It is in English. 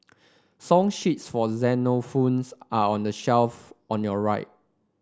song sheets for xylophones are on the shelf on your right